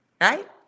right